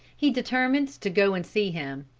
he determined to go and see him.